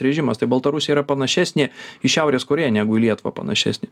režimas tai baltarusija yra panašesnė į šiaurės korėja negu į lietuvą panašesnė